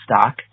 stock